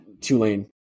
Tulane